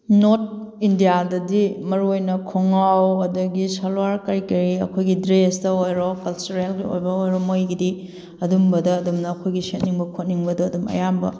north ꯏꯟꯗꯤꯌꯥꯗꯗꯤ ꯃꯔꯨ ꯑꯣꯏꯅ ꯈꯣꯡꯒ꯭ꯔꯥꯎ ꯑꯗꯒꯤ ꯁꯜꯋꯥꯔ ꯀꯩꯀꯩ ꯑꯩꯈꯣꯏꯒꯤ ꯗ꯭ꯔꯦꯁꯇ ꯑꯣꯏꯔꯣ ꯀꯜꯆꯔꯦꯜꯒꯤ ꯑꯣꯏꯕ ꯑꯣꯏꯔꯣ ꯃꯣꯏꯒꯤꯗꯤ ꯑꯗꯨꯝꯕꯗ ꯑꯗꯨꯝꯅ ꯑꯩꯈꯣꯏꯒꯤ ꯁꯦꯠꯅꯤꯡꯕ ꯈꯣꯠꯅꯤꯡꯕꯗꯣ ꯑꯗꯨꯝ ꯑꯌꯥꯝꯕ